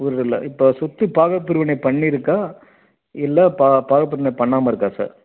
உயிரோட இல்லை இப்போ சொத்து பாகப் பிரிவினை பண்ணியிருக்கா இல்லை பா பாகப் பிரிவினை பண்ணாமல் இருக்கா சார்